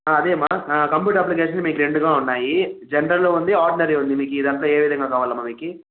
అదేమ్మా computer application మీకు రెండుగా ఉన్నాయి జనరల్ ఉంది ఆర్డినరీ ఉంది మీకు దాంట్లో ఏ విధంగా కావాలమ్మా మీకు